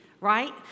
right